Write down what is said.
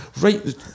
Right